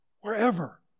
Wherever